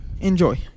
Enjoy